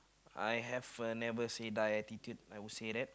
I have a never say die attitude I will say that